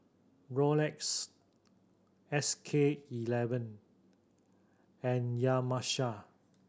Rolex S K Eleven and Yamaha